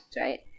right